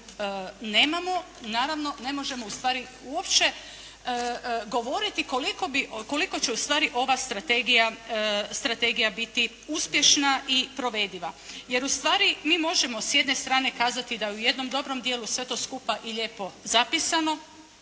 ga nemamo naravno ne možemo ustvari uopće govoriti koliko bi, koliko će ustvari ova strategija biti uspješna i provediva. Jer ustvari mi možemo s jedne strane kazati da u jednom dobrom dijelu sve to skupa i lijepo zapisano.